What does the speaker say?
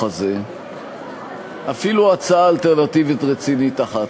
הזה אפילו הצעה אלטרנטיבית רצינית אחת,